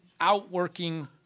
outworking